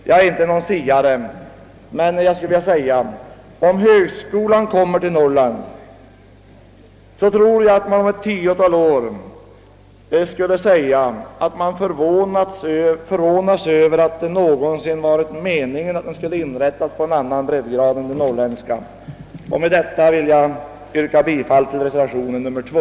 Jag är inte någon siare, men jag skulle vilja säga: Om högskolan förläggs till Norrland tror jag att man om ett tiotal år kommer att förvånas över att det någonsin varit meningen att högskolan skulle inrättas i något annat område. Med detta ber jag, herr talman, att få yrka bifall till reservationen 2.